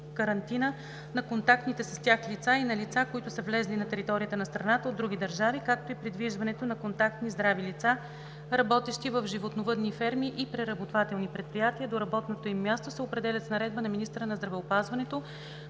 на контактните с тях лица и на лица, които са влезли на територията на страната от други държави, както и придвижването на контактни здрави лица, работещи в животновъдни ферми и преработвателни предприятия, до работното им място, се определят с наредба на министъра на здравеопазването.“